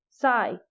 sigh